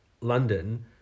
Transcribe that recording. London